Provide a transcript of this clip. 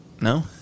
No